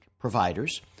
providers